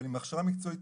אבל אם ההכשרה המקצועית